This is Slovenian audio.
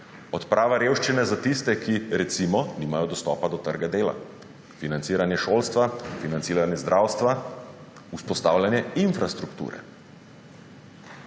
odprava revščine za tiste, ki recimo nimajo dostopa do trga dela, financiranje šolstva, financiranje zdravstva, vzpostavljanje infrastrukture.